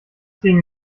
ging